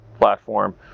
platform